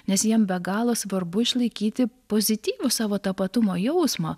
nes jiem be galo svarbu išlaikyti pozityvų savo tapatumo jausmą